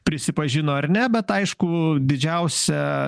prisipažino ar ne bet aišku didžiausia